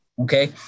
Okay